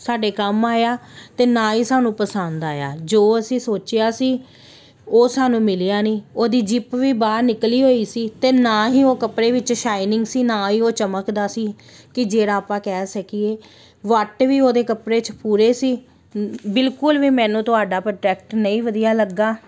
ਸਾਡੇ ਕੰਮ ਆਇਆ ਅਤੇ ਨਾ ਹੀ ਸਾਨੂੰ ਪਸੰਦ ਆਇਆ ਜੋ ਅਸੀਂ ਸੋਚਿਆ ਸੀ ਉਹ ਸਾਨੂੰ ਮਿਲਿਆ ਨਹੀਂ ਉਹਦੀ ਜਿੱਪ ਵੀ ਬਾਹਰ ਨਿਕਲੀ ਹੋਈ ਸੀ ਅਤੇ ਨਾ ਹੀ ਉਹ ਕੱਪੜੇ ਵਿੱਚ ਸ਼ਾਈਨਿੰਗ ਸੀ ਨਾ ਹੀ ਉਹ ਚਮਕਦਾ ਸੀ ਕਿ ਜਿਹੜਾ ਆਪਾਂ ਕਹਿ ਸਕੀਏ ਵੱਟ ਵੀ ਉਹਦੇ ਕੱਪੜੇ 'ਚ ਪੂਰੇ ਸੀ ਬਿਲਕੁਲ ਵੀ ਮੈਨੂੰ ਤੁਹਾਡਾ ਪ੍ਰੋਟੈਕਟ ਨਹੀਂ ਵਧੀਆ ਲੱਗਾ